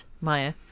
Maya